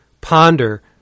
ponder